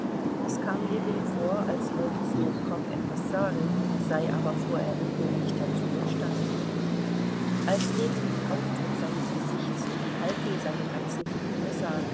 es kam ljewin vor als wollte snetkow etwas sagen sei aber vor erregung nicht dazu imstande als ljewin den ausdruck seines gesichtes und die haltung seiner ganzen figur sah